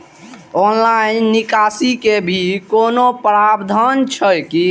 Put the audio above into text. Online निकासी के भी कोनो प्रावधान छै की?